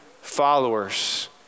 followers